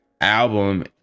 album